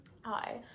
Hi